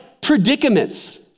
predicaments